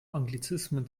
anglizismen